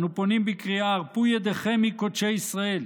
אנו פונים בקריאה: הרפו ידיכם מקודשי ישראל!